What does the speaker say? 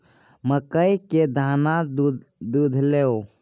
मकइ केर दाना दुधेलौ?